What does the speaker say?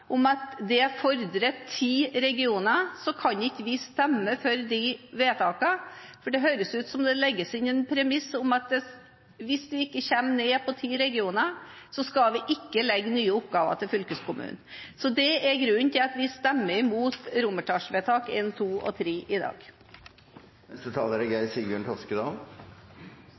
om at det fordrer ti regioner, kan vi ikke stemme for de vedtakene. Det høres ut som det legges inn en premiss om at hvis vi ikke kommer ned på ti regioner, skal vi ikke legge nye oppgaver til fylkeskommunen. Det er grunnen til at vi stemmer imot forslag til vedtak I, II og III i dag. Jeg har noen refleksjoner etter en – så langt – underlig debatt. Når det gjelder Senterpartiet, er